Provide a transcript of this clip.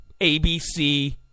ABC